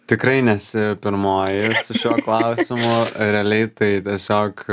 tikrai nesi pirmoji šiuo klausimu realiai tai tiesiog